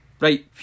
Right